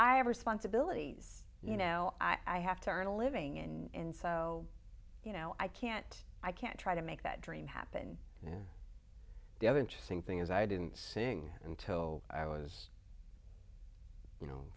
i have responsibilities you know i have to earn a living in so you know i can't i can't try to make that dream happen and the other interesting thing is i didn't sing until i was you know